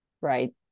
Right